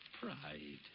pride